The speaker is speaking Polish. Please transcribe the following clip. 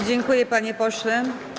Dziękuję, panie pośle.